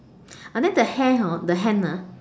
and then the hair hor the hand ah